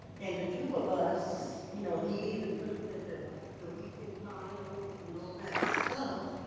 and the two of us, you know, he even put the the weeping tiles and all that stuff,